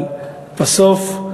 אבל בסוף,